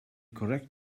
correct